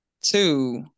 Two